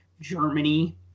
Germany